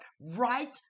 right